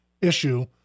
issue